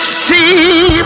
see